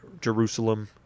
Jerusalem